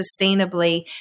sustainably